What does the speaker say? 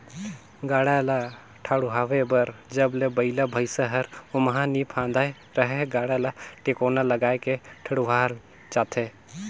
गाड़ा ल ठडुवारे बर जब ले बइला भइसा हर ओमहा नी फदाय रहेए गाड़ा ल टेकोना लगाय के ठडुवारल जाथे